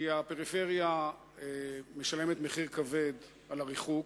כי הפריפריה משלמת מחיר כבד על הריחוק,